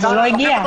זה לא נחשב.